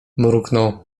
mruknął